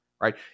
right